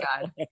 god